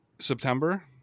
September